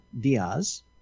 Diaz